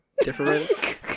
Difference